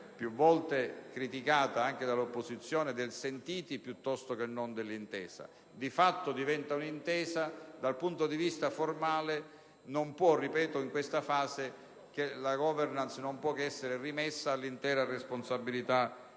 più volte criticata anche dall'opposizione, di «sentiti» piuttosto che non «d'intesa»: di fatto diventa un'intesa, ma dal punto di vista formale la *governance* in questa fase - ripeto - non può che essere rimessa all'intera responsabilità